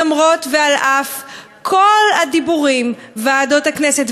למרות ועל-אף כל הדיבורים של ועדות הכנסת,